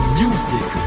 music